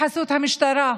בחסות המשטרה,